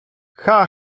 cha